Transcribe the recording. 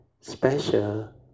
special